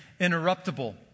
interruptible